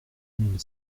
mille